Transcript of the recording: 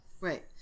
Right